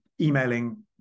emailing